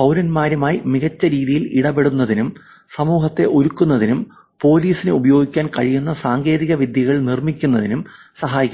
പൌരന്മാരുമായി മികച്ച രീതിയിൽ ഇടപെടുന്നതിനും സമൂഹത്തെ ഒരുക്കുന്നതിനും പോലീസിന് ഉപയോഗിക്കാൻ കഴിയുന്ന സാങ്കേതികവിദ്യകൾ നിർമ്മിക്കുന്നതിനും സഹായിക്കുന്നു